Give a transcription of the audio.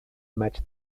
match